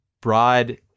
broad